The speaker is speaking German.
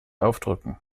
aufdrücken